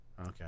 Okay